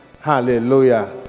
hallelujah